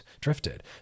drifted